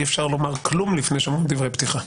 אי אפשר לומר כלום לפני שאומר דברי פתיחה.